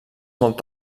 molt